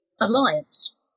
alliance